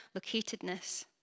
locatedness